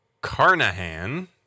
Carnahan